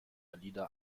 alida